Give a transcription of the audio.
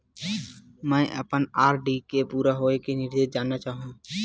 मैं अपन आर.डी के पूरा होये के निर्देश जानना चाहहु